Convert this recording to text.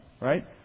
right